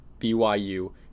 BYU